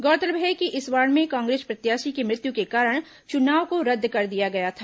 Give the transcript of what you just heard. गौरतलब है कि इस वार्ड में कांग्रेस प्रत्याशी की मृत्यु के कारण चुनाव को रद्द कर दिया गया था